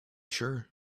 sure